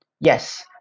Yes